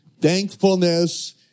Thankfulness